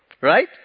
Right